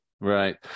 right